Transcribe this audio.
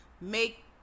make